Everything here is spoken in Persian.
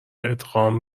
ادغام